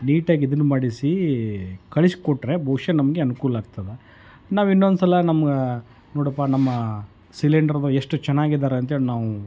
ನೀಟಾಗಿ ಇದನ್ನು ಮಾಡಿಸಿ ಕಳಿಸಿಕೊಟ್ರೆ ಬುಹುಶಃ ನಮಗೆ ಅನುಕೂಲಾಗ್ತದೆ ನಾವು ಇನ್ನೊಂದುಸಲ ನಮ್ಗೆ ನೋಡಪ್ಪ ನಮ್ಮ ಸಿಲಿಂಡ್ರದ್ದು ಎಷ್ಟು ಚೆನ್ನಾಗಿದ್ದಾರೆ ಅಂತ್ಹೇಳಿ ನಾವು